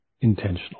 intentional